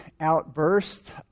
outburst